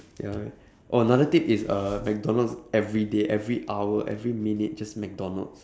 ya oh another thing is uh mcdonald's everyday every hour every minute just mcdonald's